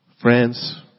Friends